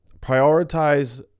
prioritize